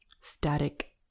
static